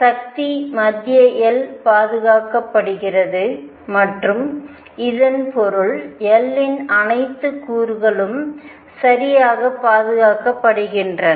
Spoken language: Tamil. சக்தி மத்திய L பாதுகாக்கப்படுகிறது மற்றும் இதன் பொருள் L இன் அனைத்து கூறுகளும் சரியாக பாதுகாக்கப்படுகின்றன